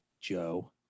Joe